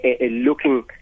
looking